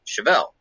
Chevelle